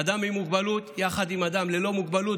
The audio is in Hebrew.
אדם עם מוגבלות יחד עם אדם ללא מוגבלות